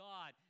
God